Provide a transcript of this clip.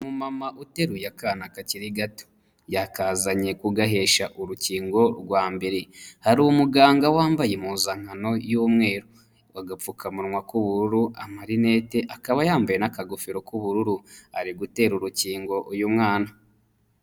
Umumama uteruye akana kakiri gato. Yakazanye kugahesha urukingo rwa mbere. Hari umuganga wambaye impuzankano y'umweru. Agapfukamunwa k'ubururu, amarinete, akaba yambaye n'akagofero k'ubururu. Ari gutera urukingo uyu mwana.